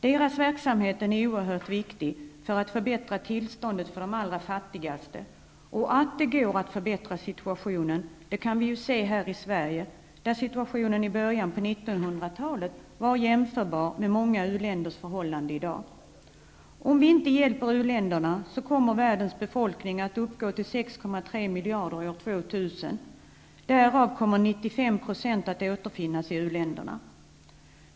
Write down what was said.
Deras verksamheter är oerhört viktiga för att förbättra tillståndet för de allra fattigaste. Att det går att förbättra situationen kan vi se här i Sverige, där situationen i början på 1900-talet var jämförbar med många u-länders förhållanden i dag. Om vi inte hjälper u-länderna kommer världens befolkning att uppgå till 6,3 miljarder år 2000. Därav kommer 95 % att återfinnas i u-länderna.